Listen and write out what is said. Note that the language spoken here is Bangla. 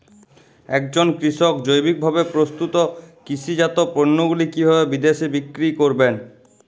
একজন কৃষক জৈবিকভাবে প্রস্তুত কৃষিজাত পণ্যগুলি কিভাবে বিদেশে বিক্রি করবেন?